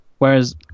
Whereas